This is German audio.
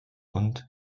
und